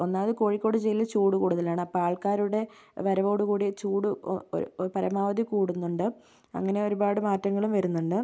ഒന്നാമത് കോഴിക്കോട് ജില്ലയിൽ ചൂട് കൂടുതലാണ് അപ്പം ആൾക്കാരുടെ വരവോടുകൂടി ചൂട് പരമാവധി കൂടുന്നുണ്ട് അങ്ങനെ ഒരുപാട് മാറ്റങ്ങളും വരുന്നുണ്ട്